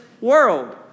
world